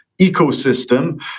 ecosystem